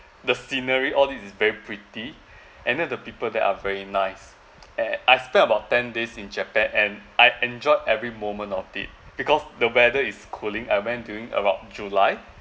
the scenery all these is very pretty and then the people there are very nice and I spent about ten days in japan and I enjoyed every moment of it because the weather is cooling I went during about july